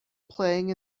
playing